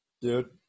dude